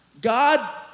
God